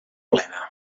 plena